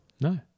no